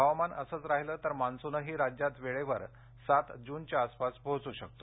हवामान असंच राहिलं तर मान्सूनही राज्यात वेळेवर सात जूनच्या आसपास पोहोचू शकतो